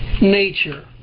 nature